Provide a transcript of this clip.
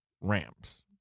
ramps